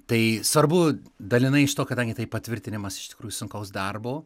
tai svarbu dalinai iš to kadangi tai patvirtinimas iš tikrųjų sunkaus darbo